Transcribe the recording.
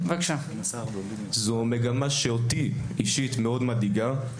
זו מגמה שאותי אישית מאוד מדאיגה.